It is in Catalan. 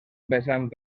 pesant